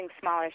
smaller